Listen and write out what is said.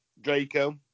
Draco